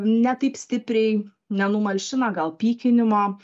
ne taip stipriai nenumalšina gal pykinimo